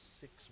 six